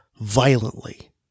violently